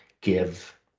give